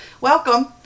welcome